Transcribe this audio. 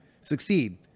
succeed